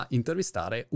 intervistare